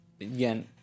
again